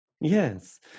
Yes